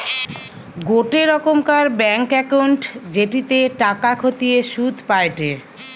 গোটে রোকমকার bank account জেটিতে টাকা খতিয়ে শুধ পায়টে